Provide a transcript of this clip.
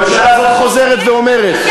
והממשלה הזו חוזרת ואומרת,